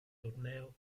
torneo